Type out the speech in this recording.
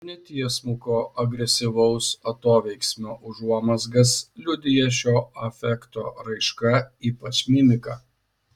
netiesmuko agresyvaus atoveiksmio užuomazgas liudija šio afekto raiška ypač mimika